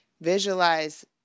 visualize